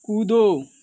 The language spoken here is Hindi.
कूदो